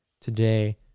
today